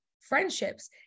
friendships